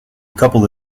couple